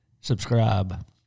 subscribe